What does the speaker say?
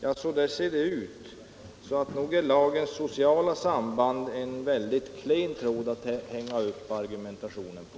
Ja, så där ser det ut, och nog är lagens sociala samband en väldigt klen tråd att hänga upp argumentationen på.